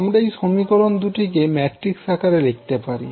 আমরা এই সমীকরণ দুটিকে ম্যাট্রিক্স আকারে লিখতে পারি